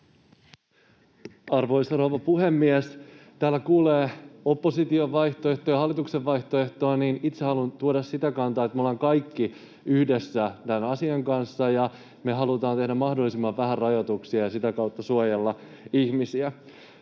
Arvoisa rouva puhemies! Täällä kuulee opposition vaihtoehtoa ja hallituksen vaihtoehtoa. Itse haluan tuoda sitä kantaa, että me ollaan kaikki yhdessä tämän asian kanssa ja me halutaan tehdä mahdollisimman vähän rajoituksia ja sitä kautta suojella ihmisiä.